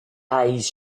eyes